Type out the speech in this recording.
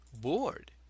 bored